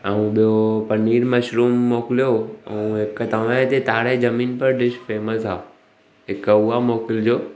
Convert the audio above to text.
ऐं ॿियो पनीर मशरूम मोकिलियो ऐं हिकु तव्हां हिते तारे जमीन पर डिश फेमस आहे हिकु उहा मोकिलिजो